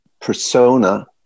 persona